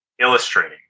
illustrating